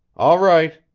all right!